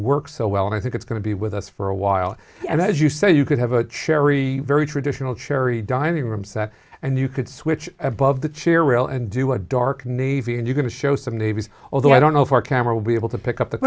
works so well and i think it's going to be with us for a while and as you said you could have a cherry very traditional cherry dining room set and you could switch above the chair rail and do a dark navy and you going to show some navies although i don't know if our camera will be able to pick up the